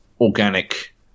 Organic